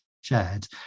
shared